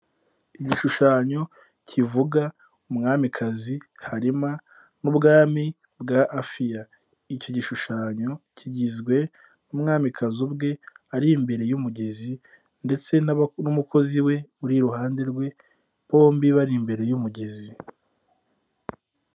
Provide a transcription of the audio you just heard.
Igishushanyo kivuga umwamikazi Halima n'Ubwami bwa Afia, icyo gishushanyo kigizwe n'umwamikazi ubwe ari imbere y'umugezi ndetse n'umukozi we uri iruhande rwe, bombi bari imbere y'umugezi.